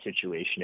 situation